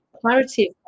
clarity